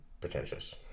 Pretentious